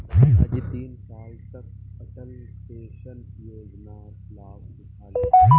दादाजी तीन साल तक अटल पेंशन योजनार लाभ उठा ले